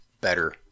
better